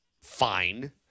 fine